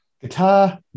guitar